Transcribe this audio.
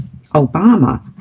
Obama